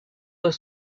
doit